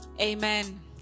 Amen